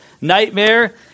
nightmare